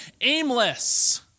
aimless